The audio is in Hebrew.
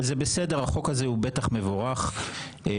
זה בסדר, החוק הזה הוא בטח מבורך בעיניי.